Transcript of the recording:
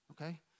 okay